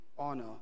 honor